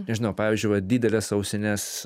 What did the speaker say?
nežinau pavyzdžiui vat dideles ausines